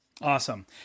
Awesome